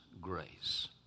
grace